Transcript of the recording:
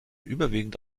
überwiegend